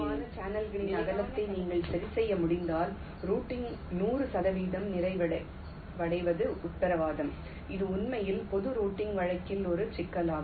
நிலையான கலத்தில் சாத்தியமான சேனல்களின் அகலத்தை நீங்கள் சரிசெய்ய முடிந்தால் ரூட்டிங் நூறு சதவீதம் நிறைவடைவது உத்தரவாதம் இது உண்மையில் பொது ரூட்டிங் வழக்கில் ஒரு சிக்கலாகும்